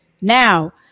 now